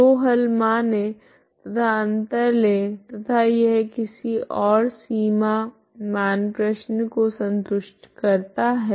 दो हल माने तथा अंतर ले तथा यह किसी ओर सीमा मान प्रश्न को संतुष्ट करता है